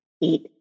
eat